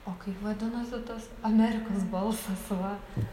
o kaip vadinosi tas amerikos balsas va